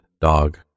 dog